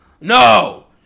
No